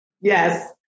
Yes